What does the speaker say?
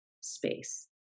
space